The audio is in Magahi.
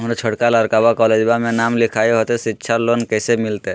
हमर छोटका लड़कवा कोलेजवा मे नाम लिखाई, तो सिच्छा लोन कैसे मिलते?